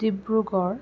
Dibrugarh